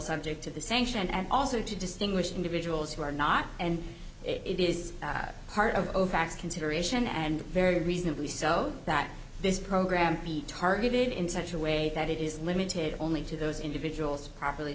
subject to the sanction and also to distinguish individuals who are not and it is part of overtaxed consideration and very reasonably so that this program be targeted in such a way that it is limited only to those individuals properly